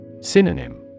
Synonym